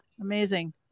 Amazing